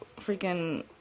freaking